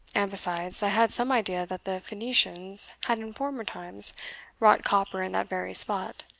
and besides, i had some idea that the phoenicians had in former times wrought copper in that very spot.